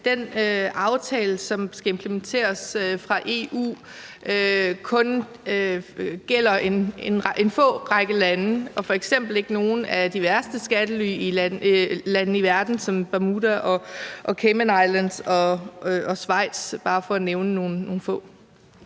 den aftale fra EU, som skal implementeres, kun gælder i en lille række lande og ikke i nogle af de værste skattelylande som f.eks. Bermuda, Cayman Islands og Schweiz, bare for at nævne nogle få?